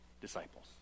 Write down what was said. disciples